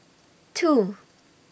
two